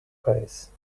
pace